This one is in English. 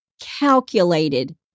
calculated